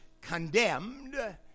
condemned